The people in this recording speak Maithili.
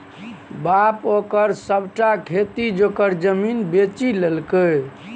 बाप ओकर सभटा खेती जोगर जमीन बेचि लेलकै